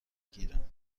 گیرم